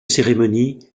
cérémonie